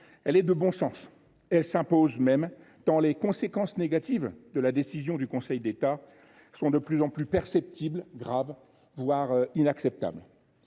Vial est de bon sens. Elle s’impose même, tant les conséquences négatives de la décision du Conseil d’État sont de plus en plus perceptibles, graves, voire inacceptables.